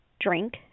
drink